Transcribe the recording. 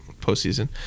postseason